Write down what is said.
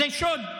זה שוד,